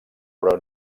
però